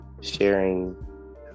sharing